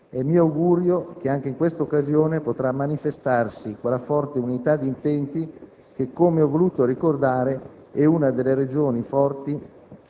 È mio augurio che anche in questa occasione potrà manifestarsi quella forte unità di intenti che, come ho voluto ricordare, è una delle ragioni forti